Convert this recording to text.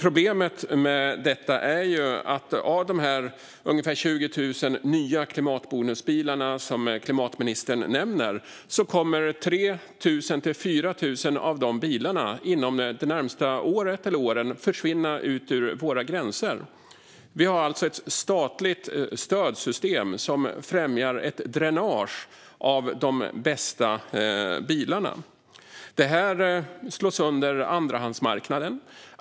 Problemet med detta är att av de ungefär 20 000 nya klimatbonusbilarna, som klimatminstern nämner, kommer 3 000-4 000 inom det närmaste året eller åren att försvinna ut över Sveriges gränser. Vi har alltså ett statligt stödsystem som främjar ett dränage av de bästa bilarna. Det här slår sönder andrahandsmarknaden.